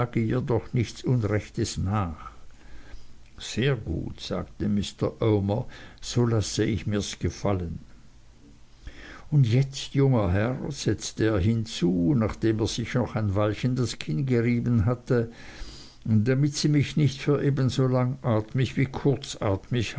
doch nichts unrechtes nach sehr gut sagte mr omer so lasse ich mirs gefallen und jetzt junger herr setzte er hinzu nachdem er sich noch ein weilchen das kinn gerieben hatte damit sie mich nicht für ebenso langatmig wie kurzatmig